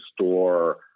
store